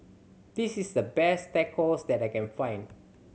this is the best Tacos that I can find